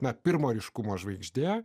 ne pirmo ryškumo žvaigždė